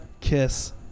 Kiss